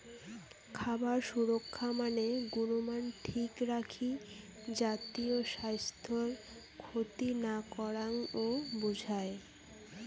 খাবার সুরক্ষা মানে গুণমান ঠিক রাখি জাতীয় স্বাইস্থ্যর ক্ষতি না করাং ও বুঝায়